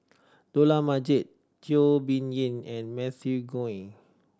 Dollah Majid Teo Bee Yen and Matthew Ngui